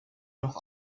noch